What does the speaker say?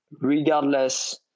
regardless